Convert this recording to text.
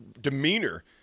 demeanor